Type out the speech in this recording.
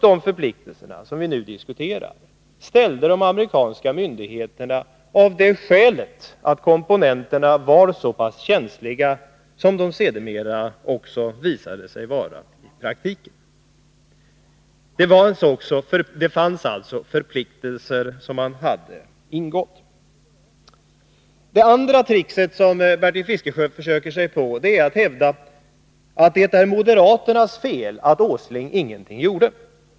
De förpliktelser som vi nu diskuterar krävde de amerikanska myndigheterna därför att komponenterna var så pass känsliga. Regeringen hade alltså påtagit sig förpliktelser. Det andra trickset som Bertil Fiskesjö försöker sig på är att hävda att det är moderaternas fel att Nils Åsling ingenting gjorde.